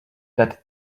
that